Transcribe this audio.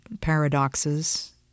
paradoxes